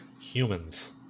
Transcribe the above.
Humans